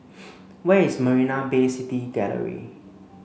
where is Marina Bay City Gallery